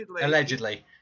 allegedly